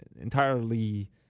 entirely